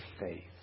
faith